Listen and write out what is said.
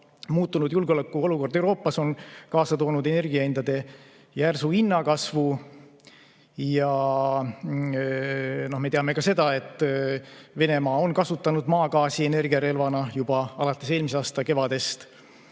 muutunud julgeolekuolukord Euroopas on kaasa toonud energiahindade järsu kasvu. Me teame ka seda, et Venemaa on kasutanud maagaasi energiarelvana juba alates eelmise aasta kevadest.